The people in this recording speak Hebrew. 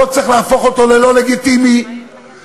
לא צריך להפוך אותו ללא לגיטימי ולא